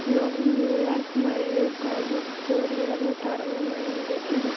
లో New York మరియు California ప్రారంభమైంది ఇది